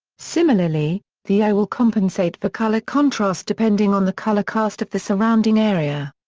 similarly, the eye will compensate for color contrast depending on the color cast of the surrounding area.